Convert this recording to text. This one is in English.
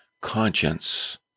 conscience